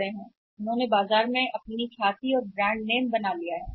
ताकि वे बाजार में गुडविल को अपना ब्रांड नाम बना लिया है